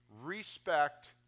respect